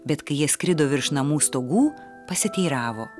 bet kai jie skrido virš namų stogų pasiteiravo